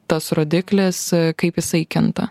tas rodiklis kaip jisai kinta